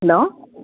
hello